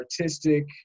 artistic